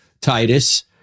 Titus